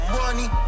money